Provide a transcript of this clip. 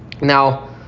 Now